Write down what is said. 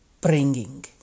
bringing